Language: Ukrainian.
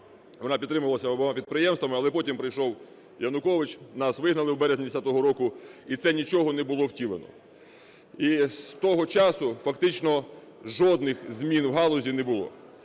Вона підтримувалася обома підприємства, але потім прийшов Янукович, нас вигнали в березні 10-го року - і це нічого не було втілено. І з того часу фактично жодних змін у галузі не було.